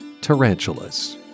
tarantulas